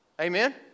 Amen